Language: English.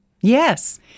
Yes